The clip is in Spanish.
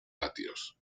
patios